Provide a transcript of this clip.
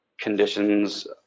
conditions